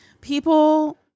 People